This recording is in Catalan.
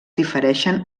difereixen